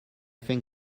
think